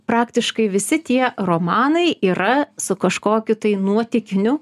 praktiškai visi tie romanai yra su kažkokiu tai nuotykiniu